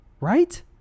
Right